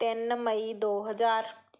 ਤਿੰਨ ਮਈ ਦੋ ਹਜ਼ਾਰ